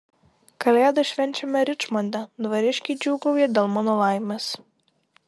kalėdas švenčiame ričmonde dvariškiai džiūgauja dėl mano laimės